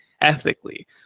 ethically